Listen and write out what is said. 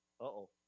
Uh-oh